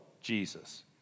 Jesus